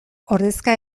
ordezka